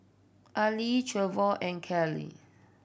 Arlie Trevor and Kalie